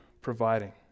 providing